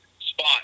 spot